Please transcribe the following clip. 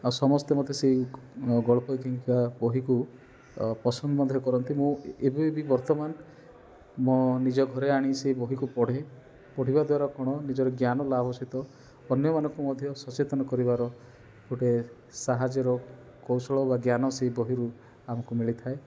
ଆଉ ସମସ୍ତେ ମୋତେ ସେଇ ଗଳ୍ପ ଏକାଙ୍କିକା ବହିକୁ ପସନ୍ଦ ମଧ୍ୟ କରନ୍ତି ମୁଁ ଏବେ ବି ବର୍ତ୍ତମାନ ମୋ ନିଜ ଘରେ ଆଣି ସେଇ ବହିକୁ ପଢ଼େ ପଢ଼ିବାଦ୍ୱାରା କଣ ନିଜର ଜ୍ଞାନ ଲାଭ ସହିତ ଅନ୍ୟମାନଙ୍କୁ ମଧ୍ୟ ସଚେତନ କରିବାର ଗୋଟେ ସାହାଯ୍ୟର କୌଶଳ ବା ଜ୍ଞାନ ସେ ବହିରୁ ଆମକୁ ମିଳିଥାଏ